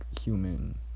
human